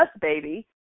baby